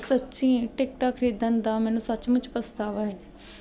ਸੱਚੀ ਟਿਕਟਾਂ ਖਰੀਦਣ ਦਾ ਮੈਨੂੰ ਸੱਚਮੁੱਚ ਪਛਤਾਵਾ ਹੈ